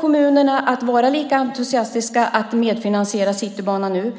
kommunerna kommer att vara lika entusiastiska till att medfinansiera Citybanan.